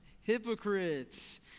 hypocrites